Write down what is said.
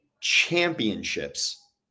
championships